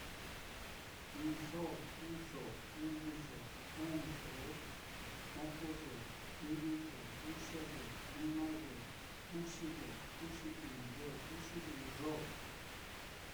Ɨ́ɨ́n yoo, uu yoo, uni yoo, juu yoo, o'on yoo, iñu yoo, uxe yoo, una yoo, ɨ̄ɨ̱n yoo, uxi yoo, uxi ɨ́ɨ́n yoo, uxi uu yoo.